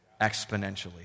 exponentially